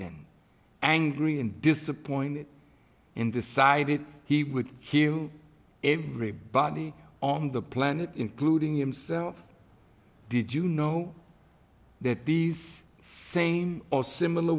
angry and disappointed in decided he would hear every body on the planet including himself did you know that these same or similar